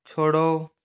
छोड़ो